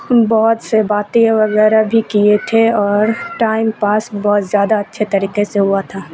بہت سے باتیں وغیرہ بھی کیے تھے اور ٹائم پاس بہت زیادہ اچھے طریقے سے ہوا تھا